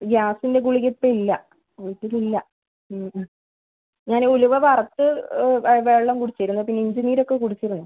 ഗ്യാസിൻ്റെ ഗുളിക ഇപ്പോൾ ഇല്ല വീട്ടിൽ ഇല്ല ഞാൻ ഉലുവ വറുത്ത് വെള്ളം കുടിച്ചിരുന്നു പിന്നെ ഇഞ്ചി നീരൊക്കെ കുടിച്ചിരുന്നു